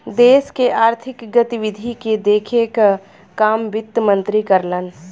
देश के आर्थिक गतिविधि के देखे क काम वित्त मंत्री करलन